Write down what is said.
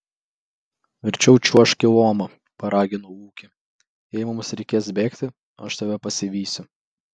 verčiau čiuožk į lomą paraginau ūkį jei mums reikės bėgti aš tave pasivysiu